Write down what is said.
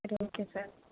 சரி okay sir